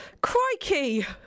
Crikey